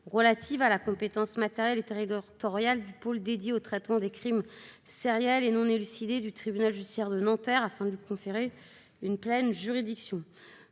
relatives à la compétence matérielle et territoriale du pôle dédié au traitement des crimes sériels ou non élucidés du tribunal judiciaire de Nanterre : ce dernier doit disposer de la pleine juridiction.